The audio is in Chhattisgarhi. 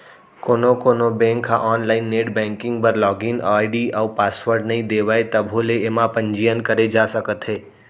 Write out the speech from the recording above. कोनो कोनो बेंक ह आनलाइन नेट बेंकिंग बर लागिन आईडी अउ पासवर्ड नइ देवय तभो ले एमा पंजीयन करे जा सकत हे